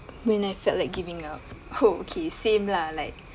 when I felt like giving up oh okay same lah like